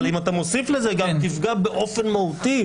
אבל אם אתה מוסיף לזה גם תפגע באופן מהותי,